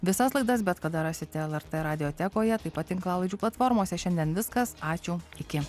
visas laidas bet kada rasite lrt radiotekoje taip pat tinklalaidžių platformose šiandien viskas ačiū iki